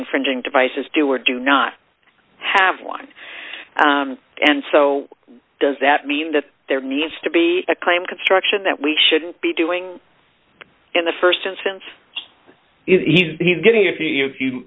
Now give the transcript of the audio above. infringing devices do or do not have one and so does that mean that there needs to be a claim construction that we shouldn't be doing in the st instance he's getting if you know if you